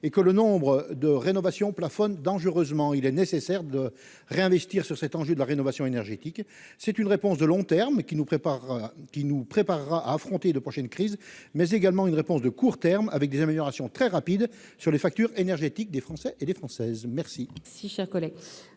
et que le nombre de rénovations plafonne dangereusement, il est nécessaire de réinvestir sur cet enjeu de la rénovation énergétique. C'est une réponse de long terme, qui nous préparera à affronter de prochaines crises, mais également de court terme, avec des améliorations très rapides sur les factures énergétiques des Françaises et des Français.